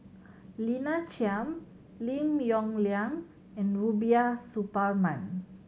Lina Chiam Lim Yong Liang and Rubiah Suparman